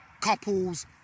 couples